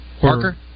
Parker